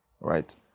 right